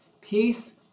Peace